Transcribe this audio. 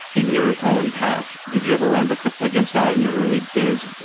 in your own path, did you ever run but against that in your early days,